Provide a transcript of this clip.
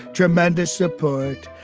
tremendous support.